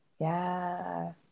yes